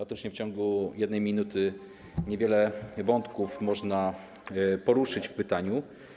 Faktycznie w ciągu 1 minuty niewiele wątków można poruszyć w pytaniu.